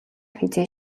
хэзээ